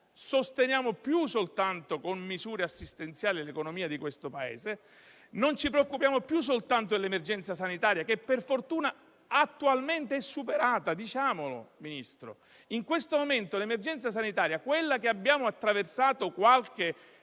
sosteniamo più soltanto con misure assistenziali l'economia di questo Paese, non ci preoccupiamo più soltanto dell'emergenza sanitaria, che per fortuna attualmente è superata. Diciamolo, Ministro: in questo momento l'emergenza sanitaria che abbiamo attraversato qualche